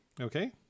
okay